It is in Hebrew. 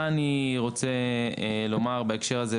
מה אני רוצה לומר בהקשר הזה,